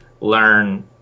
learn